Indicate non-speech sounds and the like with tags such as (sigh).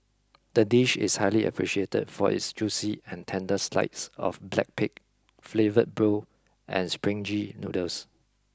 the dish is highly appreciated for its juicy and tender slides of black pig flavour (unintelligible) and springy noodles